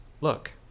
Look